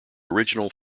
original